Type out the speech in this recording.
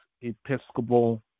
Episcopal